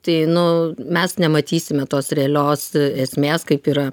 tai nu mes nematysime tos realios esmės kaip yra